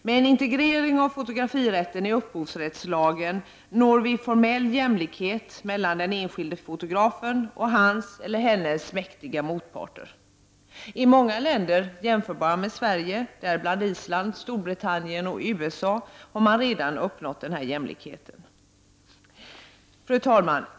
Med en integrering av fotografirätten i upphovsrättslagen når vi formell jämlikhet mellan den enskilde fotografen och hans eller hennes mäktiga motparter. I många länder, som är jämförbara med Sverige, däribland Island, Storbritannien och USA, har man redan uppnått den här jämlikheten. Fru talman!